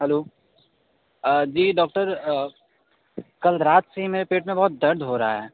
hello जी doctor कल रात से ही मेरे पेट में बहुत दर्द हो रहा है